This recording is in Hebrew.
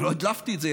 לא הדלפתי את זה,